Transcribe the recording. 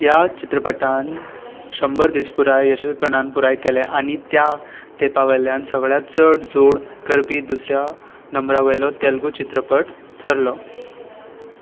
ह्या चित्रपटान शंबर दीस पुराय येशस्वीपणान पुराय केले आनी त्या तेंपावयल्यान सगळ्यांत चड जोड करपी दुसऱ्या नंबरावेलो तेलगू चित्रपट ठरलो